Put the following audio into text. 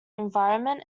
environment